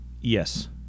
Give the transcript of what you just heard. Yes